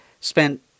spent